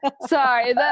Sorry